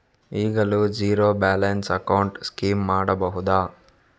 ಈಗಲೂ zero balance account scheme ಮಾಡಬಹುದಾ?